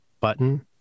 button